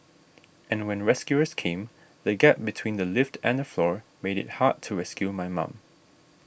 and when rescuers came the gap between the lift and the floor made it hard to rescue my mum